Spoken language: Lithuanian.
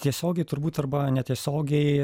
tiesiogiai turbūt arba netiesiogiai